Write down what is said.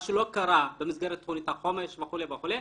מה שלא קרה במסגרת תכנית החומש וכו' וכו',